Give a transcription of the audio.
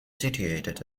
situated